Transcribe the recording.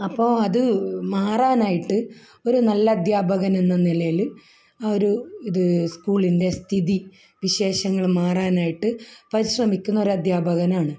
അപ്പോൾ അത് മാറാനായിട്ട് ഒരു നല്ല അധ്യാപകനെന്ന നിലയിൽ ആ ഒരു ഇത് സ്കൂളിൻ്റെ സ്ഥിതി വിശേഷങ്ങൾ മാറാനായിട്ട് പരിശ്രമിക്കുന്ന ഒരു അധ്യാപകനാണ്